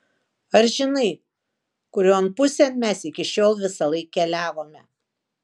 ar žinai kurion pusėn mes iki šiol visąlaik keliavome